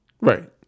Right